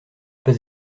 pas